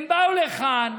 הם באו לכאן,